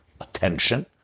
attention